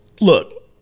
look